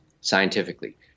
scientifically